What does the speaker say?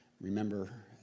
remember